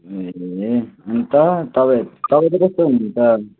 ए अन्त तपाईँहरू तपाईँ चाहिँ कस्तो हुनुहुन्छ अहिले